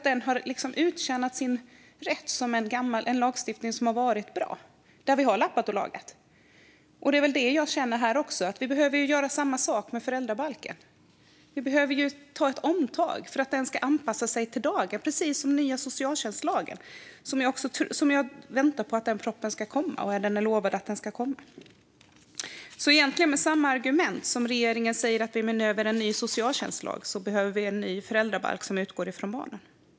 Den har uttjänat sin rätt som en lagstiftning som har varit bra men där vi har lappat och lagat. Det är det jag känner här också; vi behöver göra samma sak med föräldrabalken. Vi behöver göra ett omtag för att den ska anpassas till dagens läge, precis som den nya socialtjänstlagen. Den propositionen väntar jag på, för den är utlovad. Med samma argument som regeringen säger att vi behöver en ny socialtjänstlag behöver vi alltså en ny föräldrabalk, som utgår från barnen.